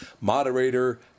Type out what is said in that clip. Moderator